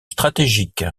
stratégique